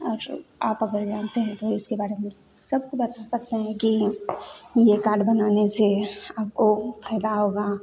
और आप अगर जानते हैं तो उसके बारे में सबको बता सकते हैं कि यह कार्ड बनाने से आपको फायदा होगा